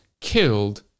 killed